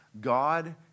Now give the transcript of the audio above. God